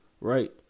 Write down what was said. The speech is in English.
Right